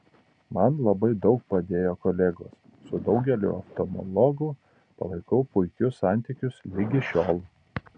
man labai daug padėjo kolegos su daugeliu oftalmologų palaikau puikius santykius ligi šiol